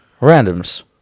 randoms